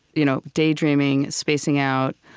you know daydreaming, spacing out,